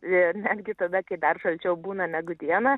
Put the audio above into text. ir netgi tada kai dar šalčiau būna negu dieną